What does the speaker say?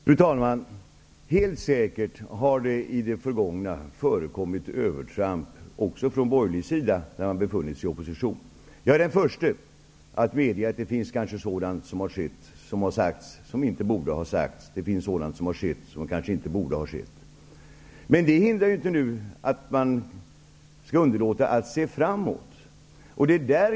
Fru talman! Helt säkert har det i det förgångna förekommit övertramp också från borgerlig sida när man har befunnit sig i opposition. Jag är den förste att medge att sådant har sagts som inte borde ha sagts, att sådant har skett som inte borde ha skett. Men det innebär inte att man skall underlåta att se framåt.